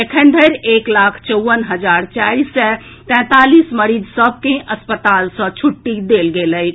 एखन धरि एक लाख चौवन हजार चारि सय तैंतालीस मरीज सभ के अस्पताल सँ छुट्टी देल गेल अछि